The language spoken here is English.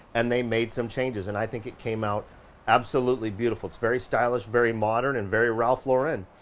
and they made some changes, and i think it came out absolutely beautiful. it's very stylish, very modern, and very ralph lauren.